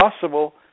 possible